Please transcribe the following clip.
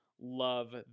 love